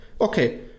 Okay